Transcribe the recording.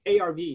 ARV